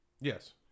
yes